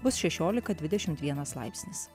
bus šešiolika dvidešimt vienas laipsnis